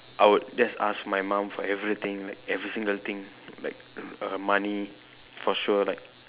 I would just ask my mom for everything like every single thing like err money for sure like